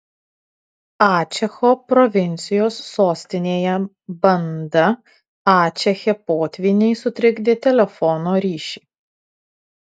ačecho provincijos sostinėje banda ačeche potvyniai sutrikdė telefono ryšį